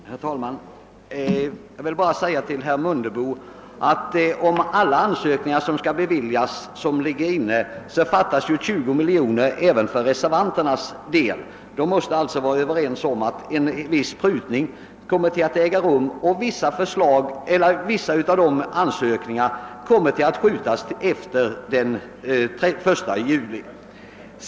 Herr talman! Jag vill bara säga till herr Mundebo, att om alla ansökningar som ligger inne skall beviljas, så fattas det 20 miljoner även enligt reservanternas förslag. Vi måste alltså vara överens om att en viss prutning kommer att äga rum och att behandlingen av vissa ansökningar kommer att uppskjutas till efter den 1 juli.